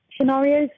scenarios